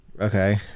Okay